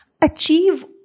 achieve